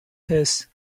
his